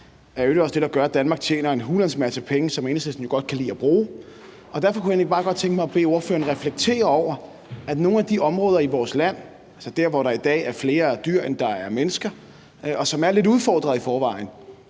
der gør, at Danmark tjener en hulens masse penge, som Enhedslisten jo godt kan lide at bruge. Derfor kunne jeg egentlig bare godt tænke mig at bede ordføreren reflektere over det i forhold til nogle af de områder i vores land, altså de områder, hvor der i dag er flere dyr, end der er mennesker, og som i forvejen